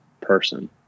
person